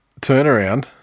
turnaround